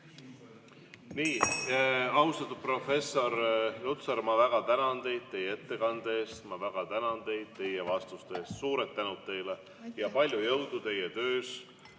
Austatud professor Lutsar, ma väga tänan teid teie ettekande eest ja ma väga tänan teid teie vastuste eest. Suur tänu teile! Palju jõudu teile teie